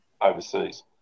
overseas